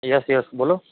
yes yes બોલો